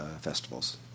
festivals